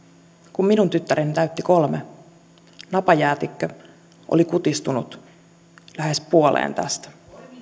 kun minun tyttäreni täytti kolme napajäätikkö oli kutistunut lähes puoleen tästä